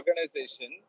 organization